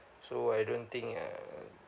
so I don't think uh